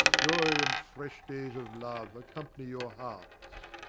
joy and fresh days of love accompany your hearts!